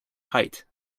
height